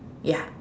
ya